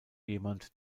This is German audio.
jemand